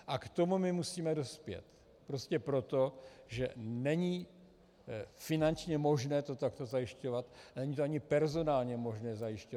A k tomu my musíme dospět prostě proto, že není finančně možné to takto zajišťovat, není to ani personálně možné zajišťovat.